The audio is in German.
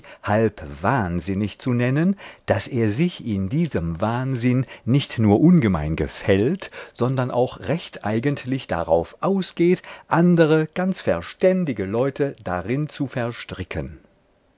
halb wahnsinnig zu nennen daß er sich in diesem wahnsinn nicht nur ungemein gefällt sondern auch recht eigentlich darauf ausgeht andere ganz verständige leute darin zu verstricken